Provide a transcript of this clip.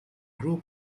group